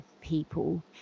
people